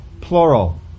plural